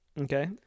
Okay